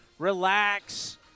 relax